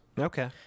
Okay